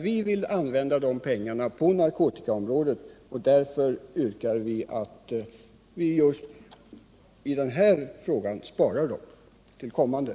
Vi skulle använda de pengarna på narkotikaområdet, och därför yrkar vi på att man just i den här frågan sparar dem.